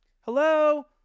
Hello